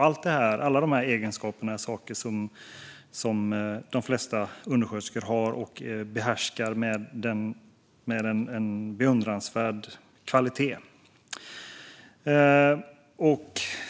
Allt detta är egenskaper som de flesta undersköterskor har och saker som de behärskar med en beundransvärd kvalitet.